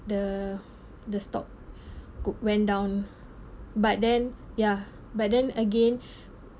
the the stop could went down but then yeah but then again